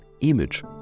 image